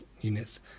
units